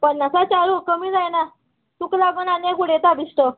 पन्नासा चारू कमी जायना तुका लागून आनी एक उडयता बेश्टो